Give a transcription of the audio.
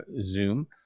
Zoom